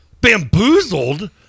bamboozled